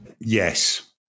Yes